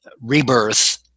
rebirth